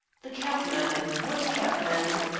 the cabman. what cabman?